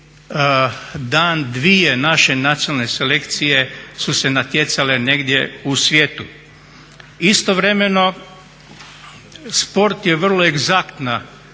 dan dvije naše nacionalne selekcije su se natjecale negdje u svijetu. Istovremeno sport je vrlo egzaktna